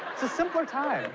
a simpler time